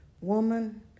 Woman